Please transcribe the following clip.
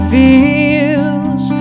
feels